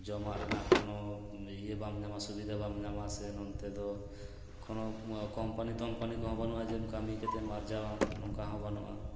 ᱡᱚᱢᱟᱜ ᱨᱮᱱᱟᱜ ᱠᱚᱱᱚ ᱤᱭᱟᱹ ᱵᱟᱢ ᱧᱟᱢᱟ ᱥᱩᱵᱤᱫᱟ ᱵᱟᱢ ᱧᱟᱢᱟ ᱥᱮ ᱱᱚᱱᱛᱮ ᱫᱚ ᱠᱚᱱᱚ ᱠᱳᱢᱯᱟᱱᱤ ᱛᱚᱢᱯᱟᱱᱤ ᱠᱚᱦᱚᱸ ᱵᱟᱹᱱᱩᱜᱼᱟ ᱡᱮ ᱠᱟᱹᱢᱤ ᱠᱟᱛᱮᱫ ᱮᱢ ᱟᱨᱡᱟᱣᱟ ᱱᱚᱝᱠᱟ ᱦᱚᱸ ᱵᱟᱱᱩᱜᱼᱟ